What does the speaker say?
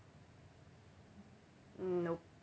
nope